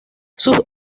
sus